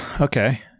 Okay